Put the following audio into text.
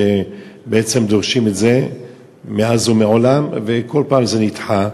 שבעצם דורשים את זה מאז ומעולם וכל פעם זה נדחה.